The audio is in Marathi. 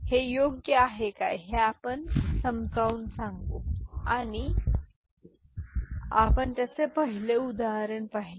हे योग्य आहे काय ते आपण समजावून सांगू आणि आपण त्याचे पहिले उदाहरण पाहिले